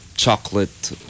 Chocolate